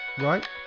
right